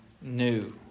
new